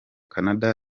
canada